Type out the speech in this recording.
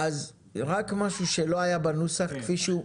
רק משהו שלא היה בנוסח כפי שהוא.